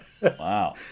Wow